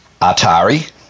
Atari